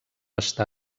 està